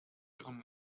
ihrem